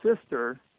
sister